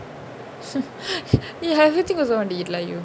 you everything also wanna eat lah you